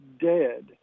dead